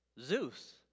Zeus